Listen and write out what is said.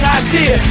idea